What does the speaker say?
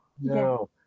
No